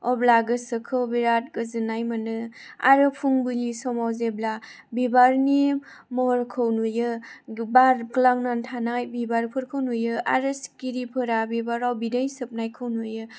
अब्ला गोसोखौ बिराद गोजोननाय मोनो आरो फुंबिलि समाव जेब्ला बिबारनि महरखौ नुयो बारग्लांनानै थानाय बिबारफोरखौ नुयो आरो सिखिरिफोरा बिबारफोराव बिदै सोबनायखौ नुयो